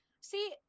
See